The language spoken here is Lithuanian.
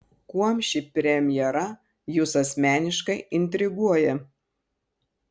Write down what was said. kuom ši premjera jus asmeniškai intriguoja